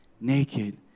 naked